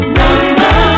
number